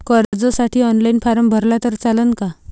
कर्जसाठी online form भरला तर चालन का?